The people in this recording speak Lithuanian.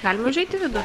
galima užeit į vidų